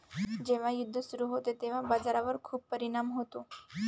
जेव्हा युद्ध सुरू होते तेव्हा बाजारावर खूप परिणाम होतो